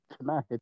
tonight